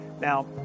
Now